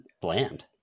bland